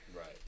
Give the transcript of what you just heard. right